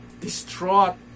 distraught